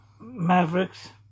Mavericks